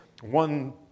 one